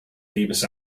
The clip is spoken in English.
famous